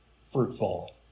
fruitful